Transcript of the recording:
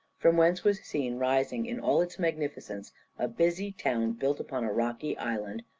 from whence was seen rising in all its magnificence a busy town built upon a rocky island,